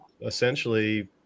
essentially